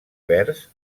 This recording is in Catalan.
vers